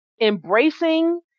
embracing